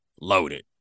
loaded